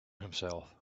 himself